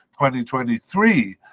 2023